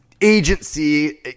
agency